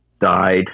died